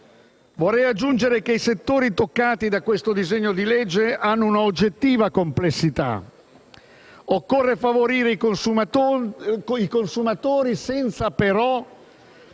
Vorrei aggiungere che i settori toccati dal testo in discussione hanno una oggettiva complessità. Occorre favorire i consumatori, senza però